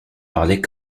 parlait